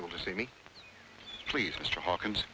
able to see me please mr hawkins